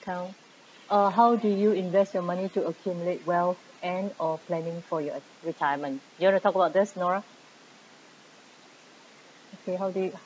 account uh how do you invest your money to accumulate wealth and or planning for your retirement you want to talk about this nora okay how do you